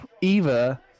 Eva